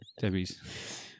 Debbie's